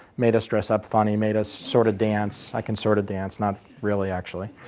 made us dress up funny, made us sort of dance, i can sort of dance not really actually.